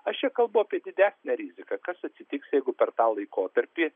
aš čia kalbu apie didesnę riziką kas atsitiks jeigu per tą laikotarpį